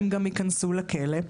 הן גם ייכנסו לכלא.